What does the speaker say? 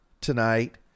tonight